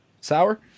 Sour